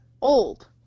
old